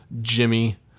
Jimmy